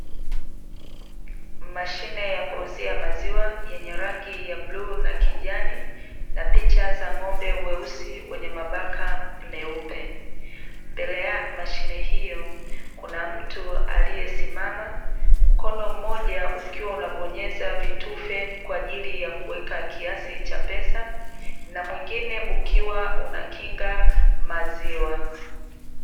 Mashine ya kuuzia maziwa yenye rangi ya bluu na kijani, na picha za ng'ombe weusi wenye mabaka meupe. Mbele ya mashine hiyo kuna mtu aliyesimam, mkono mmjoa ukiwa unabonyeza vitufe kwa ajili ya kuweka kiasi cha pesa, na mwingine ukiwa unakinga maziwa.